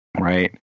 right